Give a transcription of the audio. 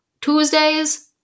Tuesdays